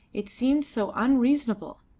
it seemed so unreasonable,